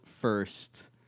first